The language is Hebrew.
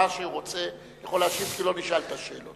מה שהוא רוצה, יכול להשיב, כי לא נשאלת שאלות.